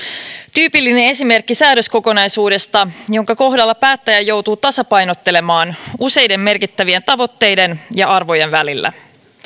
tyypillinen esimerkki säädöskokonaisuudesta jonka kohdalla päättäjä joutuu tasapainottelemaan useiden merkittävien tavoitteiden ja arvojen välillä